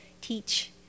teach